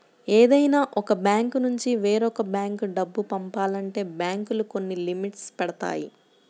ఏదైనా ఒక బ్యాంకునుంచి వేరొక బ్యేంకు డబ్బు పంపాలంటే బ్యేంకులు కొన్ని లిమిట్స్ పెడతాయి